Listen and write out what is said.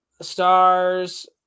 Stars